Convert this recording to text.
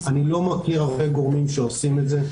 אני לא מכיר הרבה גורמים שעושים את זה,